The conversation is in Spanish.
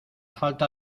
falta